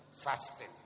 fasting